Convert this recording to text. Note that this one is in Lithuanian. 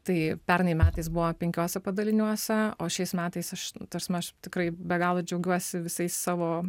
tai pernai metais buvo penkiuose padaliniuose o šiais metais aš ta prasme aš tikrai be galo džiaugiuosi visais savo